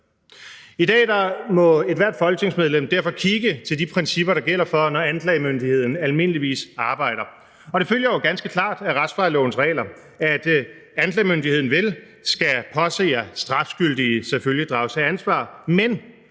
I dag må ethvert folketingsmedlem derfor kigge til de principper, der gælder, når anklagemyndigheden almindeligvis arbejder, og det følger jo ganske klart af retsplejelovens regler, at anklagemyndigheden vel skal påse, at strafskyldige selvfølgelig drages til ansvar, men